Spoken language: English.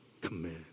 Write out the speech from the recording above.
command